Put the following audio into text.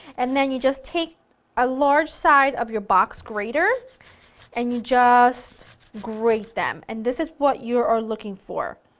and then you just take a large side of your box grater and you just grate them. and this is what you are looking for,